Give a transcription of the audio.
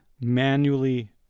manually